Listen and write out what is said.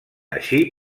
així